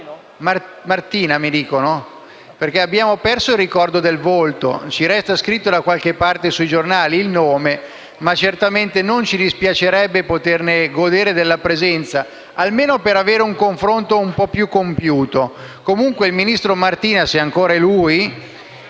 Martina, mi dicono. Abbiamo perso il ricordo del volto. Ci resta scritto il nome da qualche parte sui giornali, ma certamente non ci dispiacerebbe poter godere della sua presenza, almeno per avere un confronto un po' più compiuto. In ogni caso, il ministro Martina - se è ancora Ministro